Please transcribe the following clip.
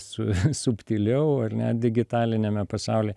su subtiliau ar ne digitaliniame pasaulyje